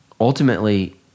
ultimately